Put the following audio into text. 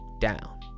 down